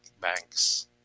Banks